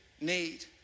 need